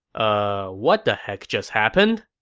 ah what the heck just happened?